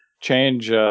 change